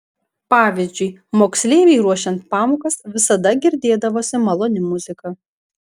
pavyzdžiui moksleiviui ruošiant pamokas visada girdėdavosi maloni muzika